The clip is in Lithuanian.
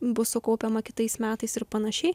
bus sukaupiama kitais metais ir panašiai